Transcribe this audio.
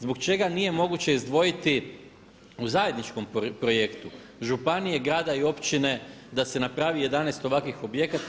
Zbog čega nije moguće izdvojiti u zajedničkom projektu županije, grada i općine da se napravi 11 ovakvih objekata.